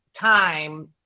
time